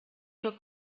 für